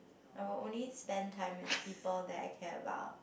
I will only spend time with people that I care about